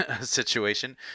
situation